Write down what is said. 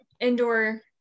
Indoor